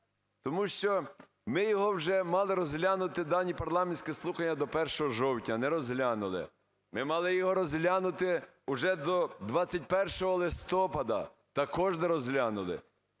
тому що ми його вже мали розглянути дані парламентські слухання до 1 жовтня, не розглянули. Ми мали його розглянути уже до 21 листопада, також не розглянули.